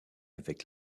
avec